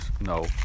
No